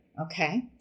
Okay